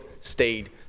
stayed